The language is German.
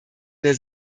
der